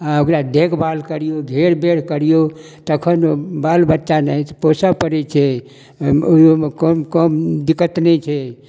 आओर ओकरा देखभाल करिऔ घेरबेर करिऔ तखन बाल बच्चा नाहैत पोसऽ पड़ै छै ओहिमे कम कम दिक्कत नहि छै